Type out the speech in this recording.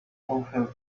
fulfilled